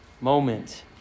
moment